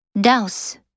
Douse